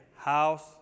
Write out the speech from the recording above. house